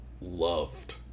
loved